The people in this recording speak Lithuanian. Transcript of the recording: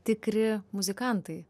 tikri muzikantai